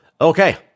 Okay